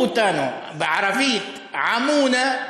(אומר בערבית: עמונה,